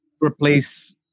replace